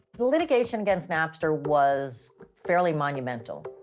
litigation against napster was fairly monumental.